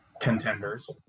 contenders